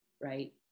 right